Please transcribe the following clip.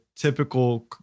typical